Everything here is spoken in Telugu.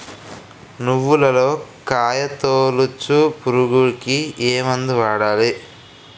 నువ్వులలో కాయ తోలుచు పురుగుకి ఏ మందు వాడాలి?